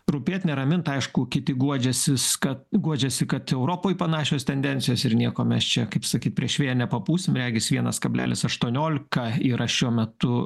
rūpėti neramint aišku kiti guodžiasi kad guodžiasi kad europoj panašios tendencijos ir nieko mes čia kaip sakyt prieš vėją nepapūsim regis vienas keblelis aštuoniolika yra šiuo metu